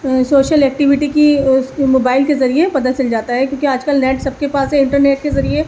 social activity کی mobile کے ذریعے پتا چل جاتا ہے کیونکہ آج کل نیٹ سب کے پاس ہے انٹرنیٹ کے ذریعے